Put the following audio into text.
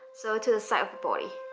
so to the side of the body